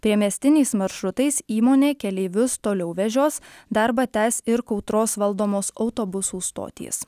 priemiestiniais maršrutais įmonė keleivius toliau vežios darbą tęs ir kautros valdomos autobusų stotys